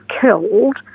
killed